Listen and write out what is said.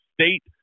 State